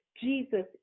Jesus